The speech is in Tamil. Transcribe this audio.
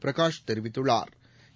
பிரகாஷ் தெரிவித்துள்ளாா்